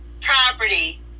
property